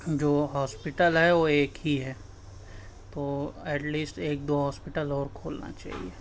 جو ہاسپیٹل ہے وہ ایک ہی ہے تو ایٹ لیسٹ ایک دو ہاسپیٹل اور کھولنا چاہیے